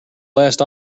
last